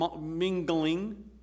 mingling